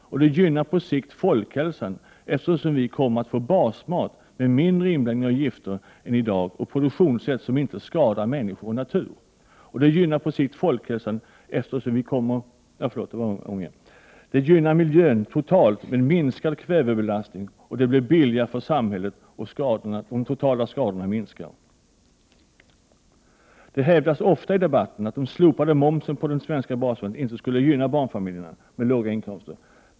Det gynnar på sikt folkhälsan, eftersom vi kommer att få basmat med mindre inblandning av gifter än i dag och med produktionssätt som inte skadar människor och natur. Det gynnar miljön totalt med minskad kvävebelastning. Det blir billigare för samhället, och de totala skadorna minskar. Det hävdas ofta i debatten att ett slopande av matmomsen på den svenska basmaten inte skulle gynna barnfamiljer med låga inkomster.